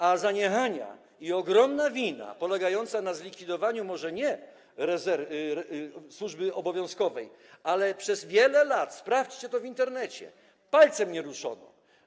Ale są zaniechania, jest ogromna wina polegająca na zlikwidowaniu może nie rezerwy, służby obowiązkowej, ale przez wiele lat - sprawdźcie to w Internecie - palcem nie ruszono.